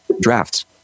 drafts